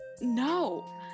No